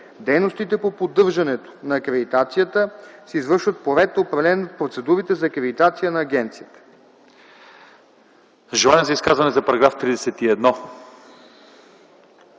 Дейностите по поддържането на акредитацията се извършват по ред, определен в процедурите за акредитация на агенцията.”